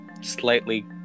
slightly